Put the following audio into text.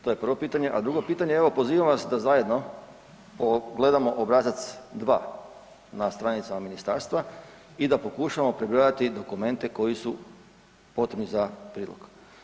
To je prvo pitanje. a drugo pitanje, evo, pozivam vas da zajedno pogledamo obrazac 2 na stranicama ministarstva i da pokušamo prebrojati dokumente koji su potrebni za prilog.